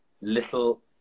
little